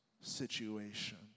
situation